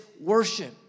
worship